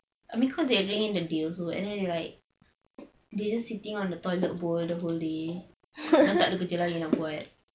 I mean cause they really drinking in the day and then they are like they just sitting on the toilet bowl the whole day tak ada kerja lain nak buat